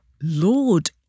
Lord